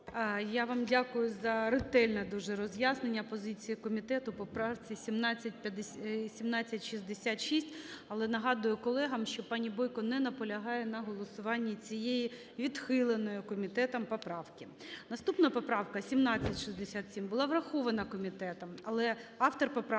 Я вам дякую за ретельне дуже роз'яснення позиції комітету по поправці 1766. Але нагадую колегам, що пані Бойко не наполягає на голосуванні цієї відхиленої комітетом поправки. Наступна поправка 1767 була врахована комітетом. Але автор поправки